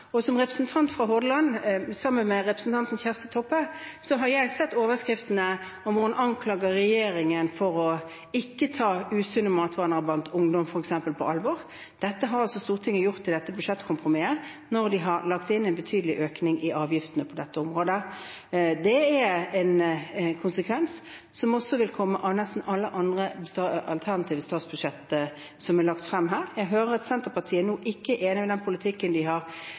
Og som representant fra Hordaland, sammen med representanten Kjersti Toppe, har jeg sett overskriftene hvor hun anklager regjeringen for ikke å ta usunne matvaner blant f.eks. ungdom på alvor. Dette har altså Stortinget gjort i dette budsjettkompromisset når de har lagt inn en betydelig økning i avgiftene på dette området. Det er en konsekvens som også vil komme av nesten alle andre alternative statsbudsjetter som er lagt frem her. Jeg hører at Senterpartiet nå ikke er enig i den politikken de har